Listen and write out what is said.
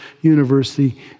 university